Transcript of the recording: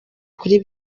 kuri